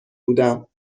بودم